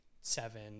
Seven